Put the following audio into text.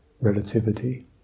relativity